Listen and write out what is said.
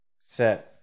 Set